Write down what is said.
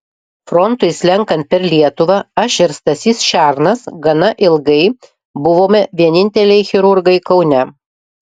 frontui slenkant per lietuvą aš ir stasys šernas gana ilgai buvome vieninteliai chirurgai kaune